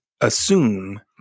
assume